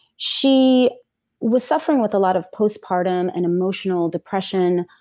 she was suffering with a lot of postpartum and emotional depression,